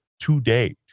today